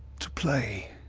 to play.